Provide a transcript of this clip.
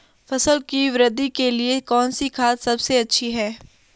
फसल की वृद्धि के लिए कौनसी खाद सबसे अच्छी है?